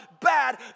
bad